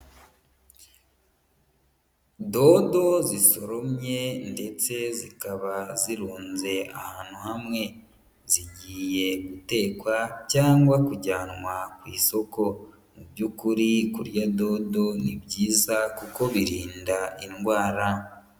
Dodo zisoromye ndetse zikaba zirunze ahantu hamwe, zigiye gutekwa cyangwa kujyanwa ku isoko, mu by'ukuri kurya dodo ni byiza kuko birinda indwara.